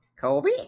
Kobe